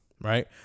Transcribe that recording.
Right